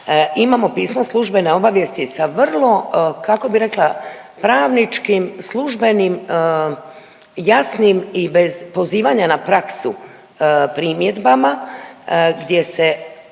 imamo pismo službene obavijesti sa vrlo kako bi rekla pravničkim, službenim, jasnim i bez pozivanja na praksu primjedbama gdje se